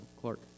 Clark